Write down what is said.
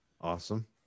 Awesome